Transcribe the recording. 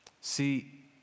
See